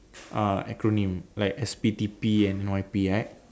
uh acronym like S_P T_P N_Y_P right